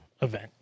event